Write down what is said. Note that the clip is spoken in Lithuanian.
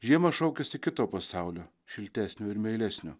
žiema šaukiasi kito pasaulio šiltesnio ir meilesnio